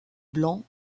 blanc